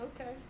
Okay